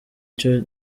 cyo